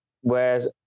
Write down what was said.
whereas